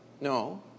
No